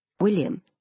William